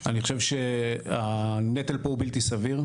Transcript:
אני חושב שהנטל פה הוא בלתי סביר.